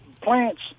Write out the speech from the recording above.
plants